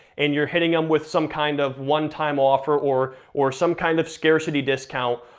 and you're hitting them with some kind of one time offer, or or some kind of scarcity discount,